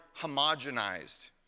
homogenized